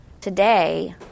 Today